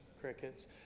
crickets